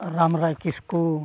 ᱨᱟᱢᱨᱟᱭ ᱠᱤᱥᱠᱩ